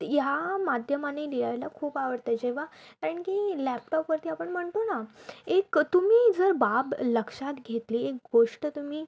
ह्या माध्यमाने लिहायला खूप आवडतं जेव्हा कारण की लॅपटॉपवरती आपण म्हणतो ना एक तुम्ही जर बाब लक्षात घेतली एक गोष्ट तुम्ही